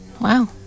wow